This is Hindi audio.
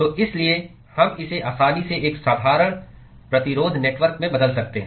तो इसलिए हम इसे आसानी से एक साधारण प्रतिरोध नेटवर्क में बदल सकते हैं